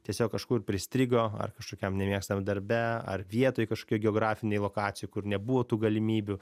tiesiog kažkur pristrigo ar kažkokiam nemėgstamam darbe ar vietoj kažkokioj geografinėj lokacijoj kur nebuvo tų galimybių